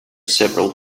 several